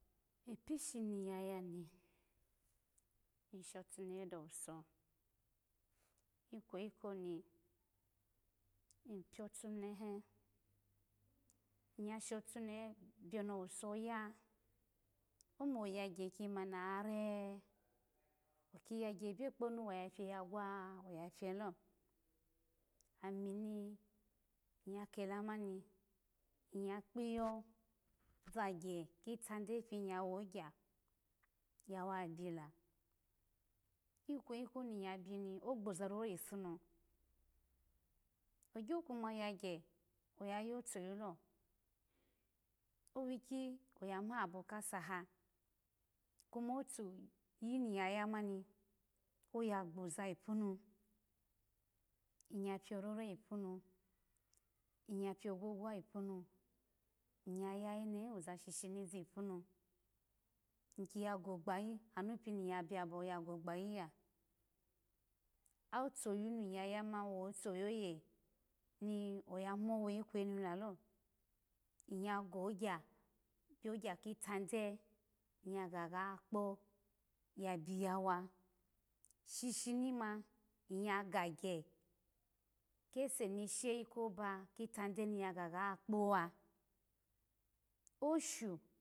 Ipishi ni ya yani isholune do wuso ikweyi koni ishotenehe iya shotunehe biyo ni owuso ya omo yagye ki mani oya re oki yagye ebiya kponu oya biye ya gwa aya biye lo ami ni ya kela mani iya kpiyo vo agye kitade biya wogya ya wa bila ikweyi koni iya bini ogboza rore ipunu ogyo koma yagye oya yotoyu lo owiki oya ma abo kasaha koma otoyumiya yamani oya gboza ipu nu ya peyo rore ipunu iya peyo gwagwa ipunu iya yayenehi oza shishi vipunu ikiya gogbayi anu piu ya biyabo ya go gbayi ya otoyu ni ya yamani owo otoyu oye ani oya mowe ikweyi mu lalo iyya gogya biy ogya kitade iya ga gakpo ya biyawa ishi shi mima iya gagye kese ni sheyi koba miki tade ma ga gakpo wa oshu